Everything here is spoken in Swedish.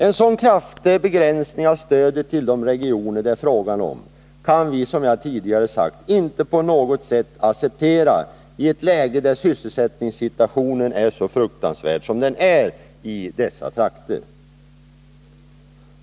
En sådan kraftig begränsning av stödet till de regioner det är fråga om kan vi, som jag tidigare har sagt, inte på något sätt acceptera i ett läge där sysselsättningssituationen är så fruktansvärd som i dessa trakter.